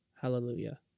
hallelujah